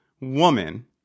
woman